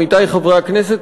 עמיתי חברי הכנסת,